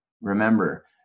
Remember